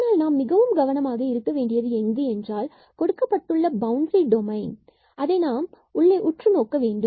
ஆனால் நாம் மிகவும் கவனமாக இருக்க வேண்டியது எங்கு என்றால் கொடுக்கப்பட்ட பவுண்டரி டொமைன் அதை நாம் உள்ளே உற்றுநோக்க வேண்டும்